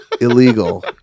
Illegal